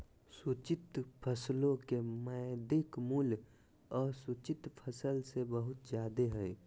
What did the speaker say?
सिंचित फसलो के मौद्रिक मूल्य असिंचित फसल से बहुत जादे हय